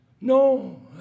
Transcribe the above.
no